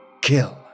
kill